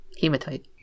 Hematite